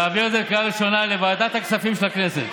להעביר את זה בקריאה ראשונה לוועדת הכספים של הכנסת.